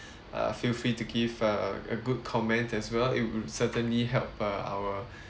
uh feel free to give uh a good comment as well it would certainly help uh our